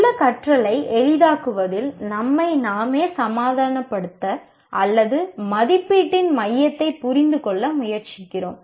நல்ல கற்றலை எளிதாக்குவதில் நம்மை நாமே சமாதானப்படுத்த அல்லது மதிப்பீட்டின் மையத்தை புரிந்து கொள்ள முயற்சிக்கிறோம்